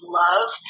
love